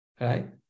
Right